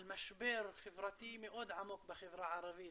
משבר חברתי מאוד עמוק בחברה הערבית.